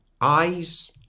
eyes